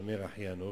השומר אחי אנכי.